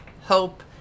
hope